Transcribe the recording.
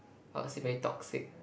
oh it's very toxic